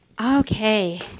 Okay